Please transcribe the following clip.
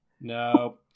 No